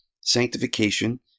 sanctification